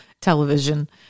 television